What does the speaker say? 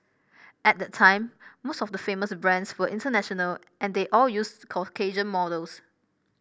at that time most of the famous brands were international and they all used Caucasian models